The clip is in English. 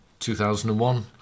2001